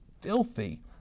filthy